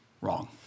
Wrong